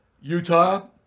Utah